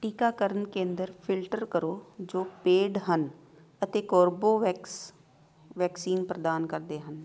ਟੀਕਾਕਰਨ ਕੇਂਦਰ ਫਿਲਟਰ ਕਰੋ ਜੋ ਪੇਡ ਹਨ ਅਤੇ ਕੋਰਬੇਵੈਕਸ ਵੈਕਸੀਨ ਪ੍ਰਦਾਨ ਕਰਦੇ ਹਨ